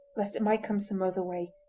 lest it might come some other way,